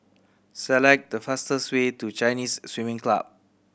select the fastest way to Chinese Swimming Club